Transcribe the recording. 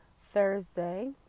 Thursday